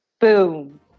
Boom